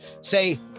Say